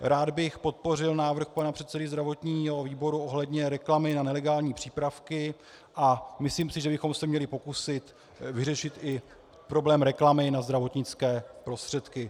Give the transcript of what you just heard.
Rád bych podpořil návrh pana předsedy zdravotního výboru ohledně reklamy na nelegální přípravky a myslím si, že bychom se měli pokusit vyřešit i problém reklamy na zdravotnické prostředky.